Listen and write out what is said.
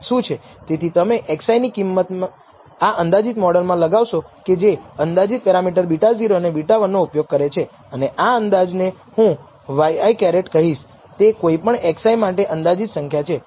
તેથી તમે xi ની કિંમત આ અંદાજિત મોડલમાં લગાવશો કે જે અંદાજિત પેરામીટર β̂0 અને β̂1 ઉપયોગ કરે છે અને આ અંદાજ ને હું ŷ1 કહીશ તે કોઈપણ xi માટે અંદાજિત સંખ્યા છે